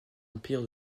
empire